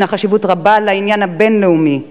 ישנה חשיבות רבה לעניין הבין-לאומי,